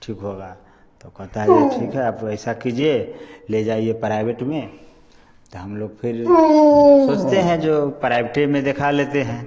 ठीक होगा तो कहता है ये ठीक है आप ऐसा कीजिए ले जाइए प्राइवेट में तो हम लोग फिर सोचते हैं जो प्राइवेटे में देखा लेते हैं